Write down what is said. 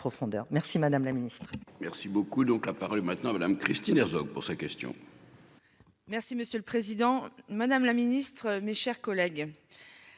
Merci madame la ministre.